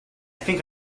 think